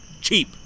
Cheap